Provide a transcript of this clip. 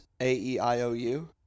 A-E-I-O-U